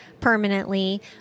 permanently